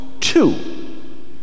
two